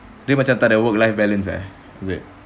dia macam takde work life balance eh is it